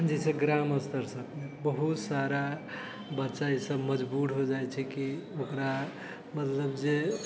जाहिसे ग्राम स्तरसँ बहुत सारा बच्चा इसभ मजबूर हो जाइ छै कि ओकरा मतलब जे